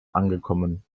angekommen